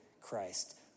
Christ